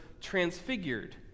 transfigured